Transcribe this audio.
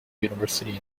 university